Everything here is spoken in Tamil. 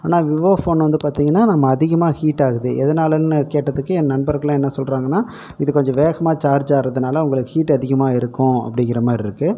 ஆனால் விவோ ஃபோன் வந்து பார்த்திங்கன்னா நம்ம அதிகமாக ஹீட் ஆகுது எதனாலன்னு கேட்டதுக்கு என் நண்பர்கள்லாம் என்ன சொல்றாங்கன்னால் இது கொஞ்சம் வேகமாக சார்ஜ் ஆகுறதுனால் உங்களுக்கு ஹீட் அதிகமாக இருக்கும் அப்படிங்குற மாதிரி இருக்குது